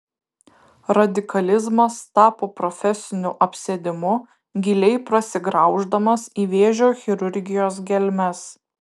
radikalizmas tapo profesiniu apsėdimu giliai prasigrauždamas į vėžio chirurgijos gelmes